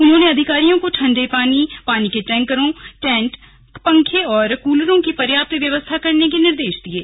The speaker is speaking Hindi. उन्होंने अधिकारियों को ठंडे पानी पानी के टैंकरों टैंट पंखे और कूलरों की पर्याप्त व्यवस्था करने के निर्देश दिये हैं